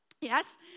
Yes